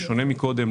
בשונה מקודם,